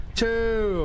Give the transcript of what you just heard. two